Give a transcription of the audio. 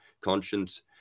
conscience